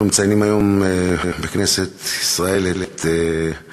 אנחנו מציינים היום בכנסת ישראל את יום